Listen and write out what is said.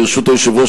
ברשות היושב-ראש,